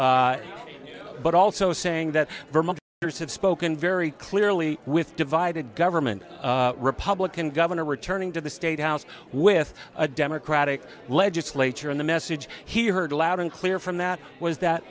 s but also saying that there's have spoken very clearly with divided government republican governor returning to the state house with a democratic legislature in the message he heard loud and clear from that was that